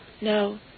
no